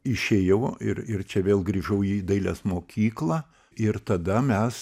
išėjau ir ir čia vėl grįžau į dailės mokyklą ir tada mes